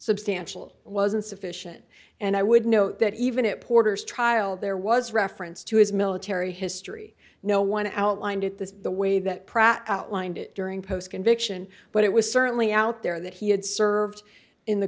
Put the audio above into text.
substantial wasn't sufficient and i would note that even at porter's trial there was reference to his military history no one outlined it the way that pratt outlined it during post conviction but it was certainly out there that he had served in the